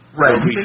right